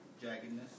Jaggedness